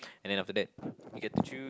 and then after that you get to choose